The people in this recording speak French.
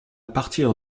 partir